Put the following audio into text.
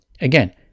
again